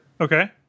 Okay